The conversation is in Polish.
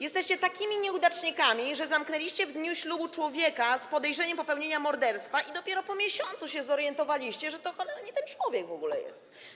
Jesteście takimi nieudacznikami, że zamknęliście w dniu ślubu człowieka z podejrzeniem popełnienia morderstwa i dopiero po miesiącu się zorientowaliście, że to, cholera, nie ten człowiek w ogóle jest.